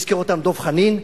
הזכיר אותן דב חנין,